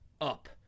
up